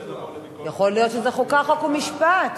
יכול להיות שזה חוקה, חוק ומשפט.